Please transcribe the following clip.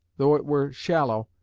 though it were shallow,